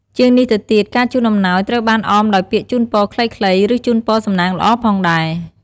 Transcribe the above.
ជាងនេះទៅទៀត ការជូនអំណោយត្រូវបានអមដោយពាក្យជូនពរខ្លីៗ ឬជូនពរសំណាងល្អផងដែរ។